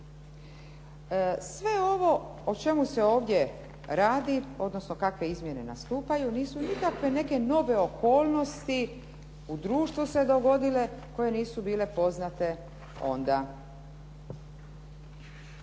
Sve ovo o čemu se ovdje radi, odnosno kakve izmjene nastupaju nisu nikakve neke nove okolnosti u društvu se dogodile koje nisu bile poznate onda.